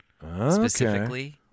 specifically